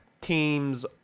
team's